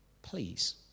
Please